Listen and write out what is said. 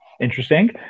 Interesting